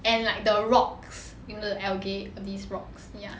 and like the rocks and the algae these rocks ya